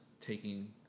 taking